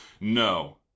no